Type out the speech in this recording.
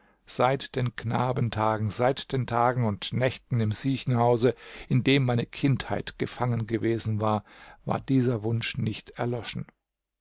seit den knabentagen seit den tagen und nächten im siechenhause in dem meine kindheit gefangen gewesen war war dieser wunsch nicht erloschen